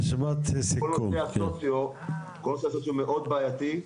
כל נושא הסוציו מאוד בעייתי.